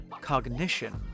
Cognition